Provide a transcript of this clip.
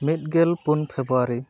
ᱢᱤᱫᱜᱮᱞ ᱯᱩᱱ ᱯᱷᱮᱵᱨᱩᱣᱟᱨᱤ